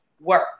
work